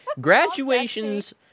graduations